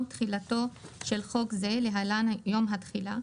תחילתו של חוק זה (להלן יום התחילה),